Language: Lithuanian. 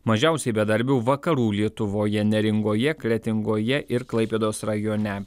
mažiausiai bedarbių vakarų lietuvoje neringoje kretingoje ir klaipėdos rajone